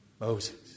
Moses